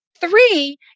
three